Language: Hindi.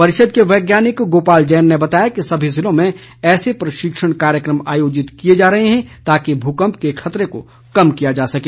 परिषद के वैज्ञानिक गोपाल जैन ने बताया कि समी जिलों में ऐसे प्रशिक्षण कार्येक्रम आयोजित किए जा रहे हैं ताकि भूकम्प के खतरे को कम किया जा सके